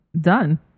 Done